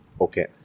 Okay